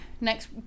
Next